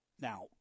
Now